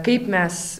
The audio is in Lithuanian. kaip mes